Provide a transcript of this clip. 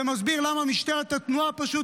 זה מסביר למה במשטרת התנועה פשוט